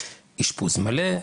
אשפוז מלא,